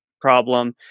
problem